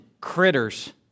critters